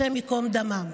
השם ייקום דמן.